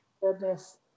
Goodness